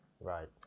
Right